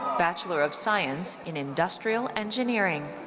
bachelor of science in industrial engineering.